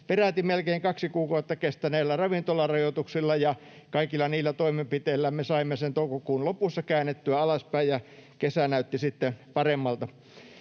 peräti melkein kaksi kuukautta kestäneillä ravintolarajoituksilla ja kaikilla niillä toimenpiteillä — käännettyä alaspäin, ja kesä näytti sitten paremmalta.